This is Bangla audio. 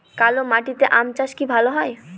কালো মাটিতে আম চাষ কি ভালো হয়?